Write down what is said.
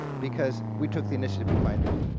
because we took the initiative to find them.